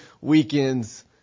weekends